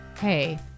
Hey